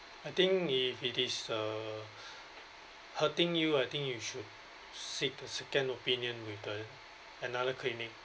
I think if it is uh hurting you I think you should seek the second opinion with the another clinic